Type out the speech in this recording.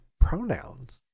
pronouns